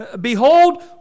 behold